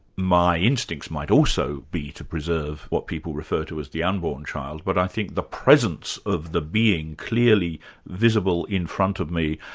my instincts might also be to preserve what people refer to as the unborn child, but i think the presence of the being, clearly visible in front of me,